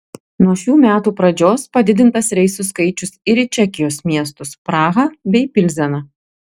nuo šių metų pradžios padidintas reisų skaičius ir į čekijos miestus prahą bei pilzeną